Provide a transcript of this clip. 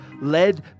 led